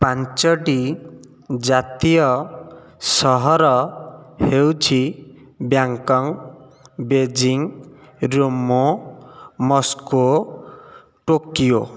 ପାଞ୍ଚୋଟି ଜାତୀୟ ସହର ହେଉଛି ବାଙ୍ଗକକ ବେଜିଙ୍ଗ ରୁମୋ ମସ୍କୋ ଟୋକିଓ